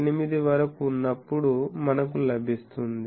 8 వరకు ఉన్నప్పుడు మనకు లభిస్తుంది